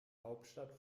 hauptstadt